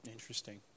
Interesting